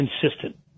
consistent